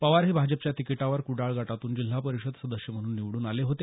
पवार हे भाजपाच्या तिकिटावर कुडाळ गटातून जिल्हा परिषद सदस्य म्हणून निवडून आले होते